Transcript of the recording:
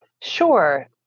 Sure